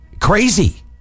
Crazy